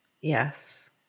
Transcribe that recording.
Yes